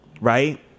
right